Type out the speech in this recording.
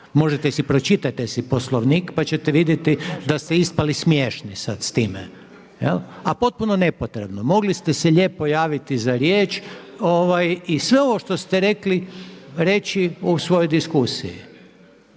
Možete si, pročitajte si Poslovnik pa ćete vidjeti da ste ispali smiješni sad s time, a potpuno nepotrebno. Mogli ste se lijepo javiti za riječ i sve ovo što ste rekli reći u svojoj diskusiji